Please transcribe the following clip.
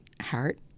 heart